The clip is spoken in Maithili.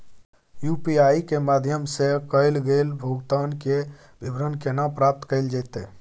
यु.पी.आई के माध्यम सं कैल गेल भुगतान, के विवरण केना प्राप्त कैल जेतै?